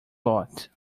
lot